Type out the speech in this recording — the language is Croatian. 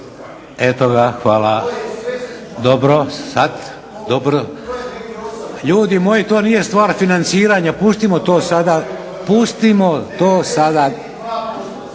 Eto ga, hvala. Dobro. …/Upadica se ne razumije./… Ljudi moji, to nije stvar financiranja, pustimo to sada. Pustimo to sada.